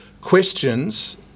questions